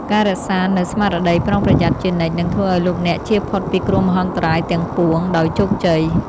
ការរក្សានូវស្មារតីប្រុងប្រយ័ត្នជានិច្ចនឹងធ្វើឱ្យលោកអ្នកជៀសផុតពីគ្រោះមហន្តរាយទាំងពួងដោយជោគជ័យ។